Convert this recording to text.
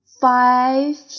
five